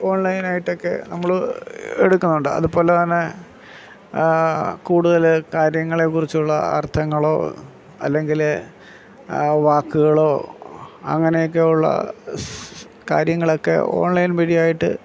online ആയിട്ടൊക്കെ നമ്മൾ എടുക്കുന്നുണ്ട് അതുപോലെത്തന്നെ കൂടുതൽ കാര്യങ്ങളെക്കുറിച്ചുള്ള അര്ത്ഥങ്ങളോ അല്ലെങ്കിൽ വാക്കുകളോ അങ്ങനെയൊക്കെയുള്ള കാര്യങ്ങളൊക്കെ ഓണ്ലൈന് വഴി ആയിട്ട്